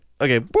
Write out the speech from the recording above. Okay